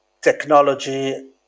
technology